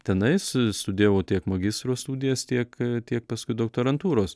tenais studijavau tiek magistro studijas tiek tiek paskui doktorantūros